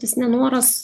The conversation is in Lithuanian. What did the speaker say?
tas nenoras